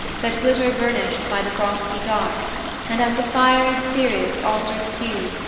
that glitter burnished by the frosty dark and as the fiery sirius alters hue,